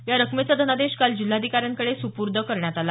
या रकमेचा धनादेश काल जिल्हाधिकाऱ्यांकडे सुपूर्द करण्यात आला